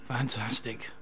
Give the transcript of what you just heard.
Fantastic